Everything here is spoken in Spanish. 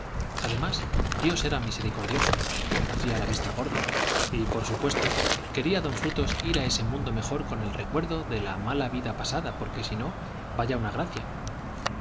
además dios era misericordioso hacía la vista gorda y por supuesto quería don frutos ir a ese mundo mejor con el recuerdo de la mala vida pasada porque si no vaya una gracia